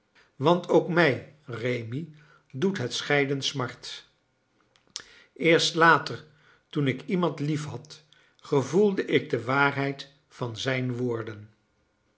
want ook mij rémi doet het scheiden smart eerst later toen ik iemand liefhad gevoelde ik de waarheid van zijn woorden